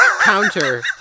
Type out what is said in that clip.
counter